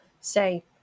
say